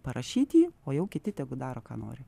parašyt jį o jau kiti tegu daro ką nori